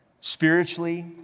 spiritually